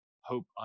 hope